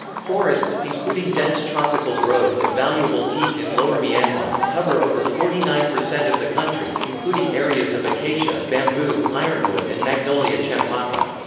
forests, including dense tropical growth and valuable teak in lower myanmar, cover over forty nine percent of the country, including areas of acacia, bamboo, ironwood and magnolia champaca.